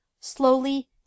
slowly